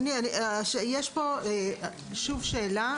זאת אומרת שיהיה ברור שהחובה הזאת מתייחסת לרופא מומחה.